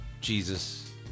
Jesus